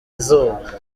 izuba